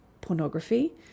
pornography